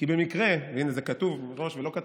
כי במקרה, הינה, זה כתוב מראש, תראה.